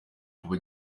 kuba